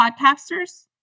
podcasters